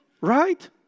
Right